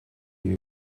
you